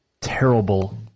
terrible